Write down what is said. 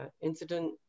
incident